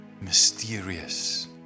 mysterious